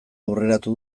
aurreratu